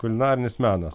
kūlinarinis menas